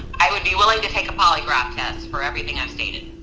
i would be willing to take a polygraph test for everything i've stated.